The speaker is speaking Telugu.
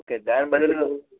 ఓకే దాని బదులు